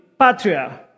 patria